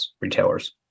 retailers